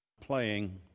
playing